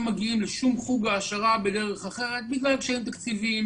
מגיעים לשום חוג העשרה בדרך אחרת בגלל שאין תקציבים,